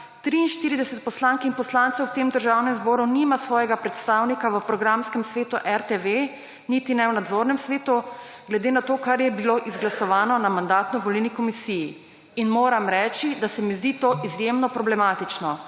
43 poslank in poslancev v tem Državnem zboru nima svojega predstavnika v programskem svetu RTV niti ne v nadzornem svetu, glede na to kar je bilo izglasovano na Mandatno-volilni komisiji in moram reči, da se mi zdi to izjemno problematično.